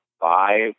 five